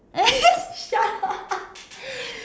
shut up